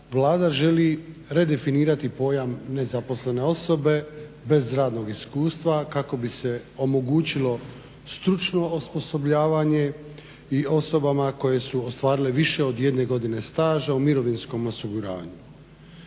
Vlada želi redefinirati pojam nezaposlene osobe bez radnog iskustva kako bi se omogućili stručno osposobljavanje i osobama koje su ostvarile više od 1 godine staža u mirovinskom osiguranju.